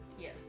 Yes